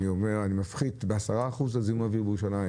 אני מפחית ב-10% את זיהום האוויר בירושלים?